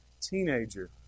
Teenager